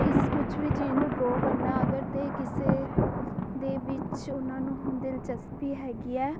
ਕਿਸ ਕੁਛ ਵੀ ਚੀਜ਼ ਨੂੰ ਡਰੋਅ ਕਰਨਾ ਅਗਰ ਤਾਂ ਕਿਸੇ ਦੇ ਵਿੱਚ ਉਹਨਾਂ ਨੂੰ ਦਿਲਚਸਪੀ ਹੈਗੀ ਹੈ